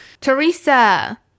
Teresa